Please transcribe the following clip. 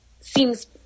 seems